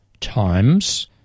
times